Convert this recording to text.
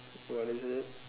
what is it